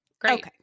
Great